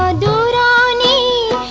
da and da da